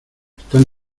están